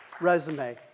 resume